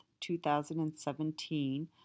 2017